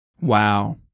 Wow